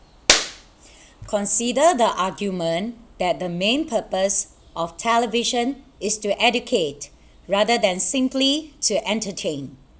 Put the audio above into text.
consider the argument that the main purpose of television is to educate rather than simply to entertain